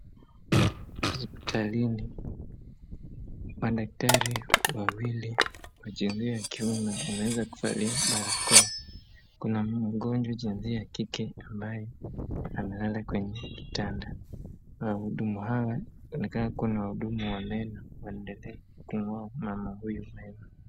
Hospitalini, madaktari wawili wa jinia ya kiume wameweza kuvalia barakoa. Kuna mgonjwa jinsia ya kike ambaye analala kwenye kitanda. Wahudumu hawa wanaonekana kuwa ni wahudumu wa meno waendelee kung'oa mama huyu meno.